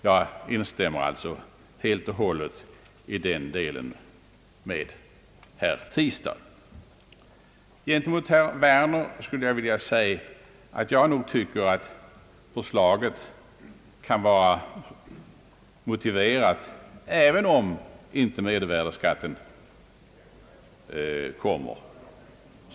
Jag instämmer alltså i det avseendet helt och hållet med herr Tistad. Gentemot herr Werner skulle jag vilja säga att jag tycker att utskottsförslaget kan vara motiverat även om inte mervärdeskatten kommer.